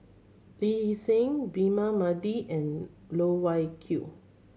Lee Seng Braema Mathi and Loh Wai Kiew